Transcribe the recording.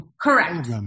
Correct